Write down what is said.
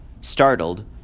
Startled